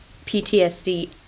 PTSD